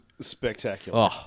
spectacular